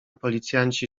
policjanci